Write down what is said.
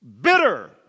bitter